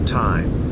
time